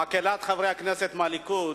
מקהלת חברי הכנסת מהליכוד